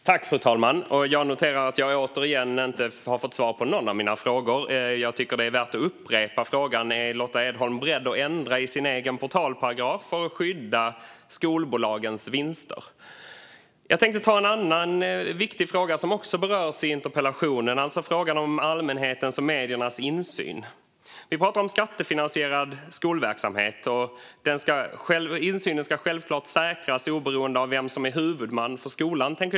Fru talman! Jag noterar att jag återigen inte har fått svar på någon av mina frågor. Jag tycker att det är värt att upprepa frågan: Är Lotta Edholm beredd att ändra i sin egen portalparagraf för att skydda skolbolagens vinster? Jag tänkte ta upp en annan viktig fråga som berörs i interpellationen, nämligen frågan om allmänhetens och mediernas insyn. Vi pratar om skattefinansierad skolverksamhet, och insynen ska självklart säkras oberoende av vem som är huvudman för skolan.